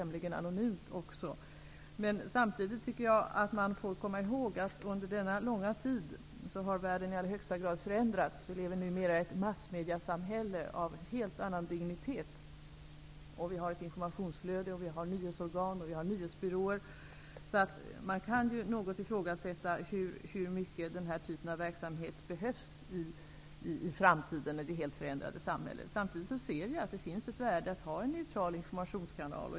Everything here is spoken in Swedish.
Men samtidigt måste man komma ihåg att världen under denna långa tid i högsta grad har förändrats. Vi lever numera i ett massmediesamhälle av en helt annan dignitet än tidigare. Vi har ett informationsflöde genom nyhetsorgan och nyhetsbyråer. Man kan något ifrågsätta hur mycket av denna typ av verksamhet som kommer att behövas i framtiden i detta helt förändrade samhälle. Samtidigt finns det ett värde i att ha en neutral informationskanal.